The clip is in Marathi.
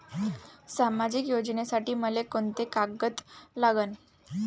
सामाजिक योजनेसाठी मले कोंते कागद लागन?